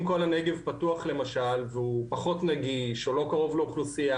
אם כל הנגב פתוח והוא פחות נגיש והוא לא קרוב לאוכלוסייה,